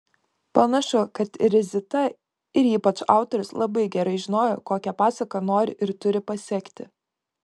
panašu kad ir zita ir ypač autorius labai gerai žinojo kokią pasaką nori ir turi pasekti